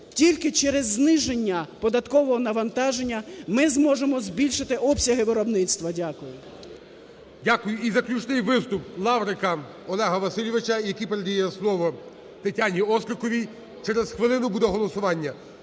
Тільки через зниження податкового навантаження ми зможемо збільшити обсяги виробництва. Дякую. ГОЛОВУЮЧИЙ. Дякую. І заключний виступ - Лаврика Олега Васильовича, який передає слово Тетяні Остріковій. Через хвилину буде голосування.